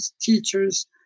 teachers